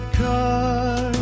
car